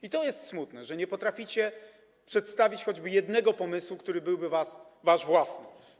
I to jest smutne, że nie potraficie przedstawić choćby jednego pomysłu, który byłby wasz własny.